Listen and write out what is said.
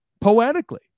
poetically